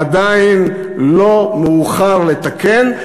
עדיין לא מאוחר לתקן,